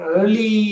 early